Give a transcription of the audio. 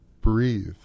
Breathe